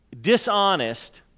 dishonest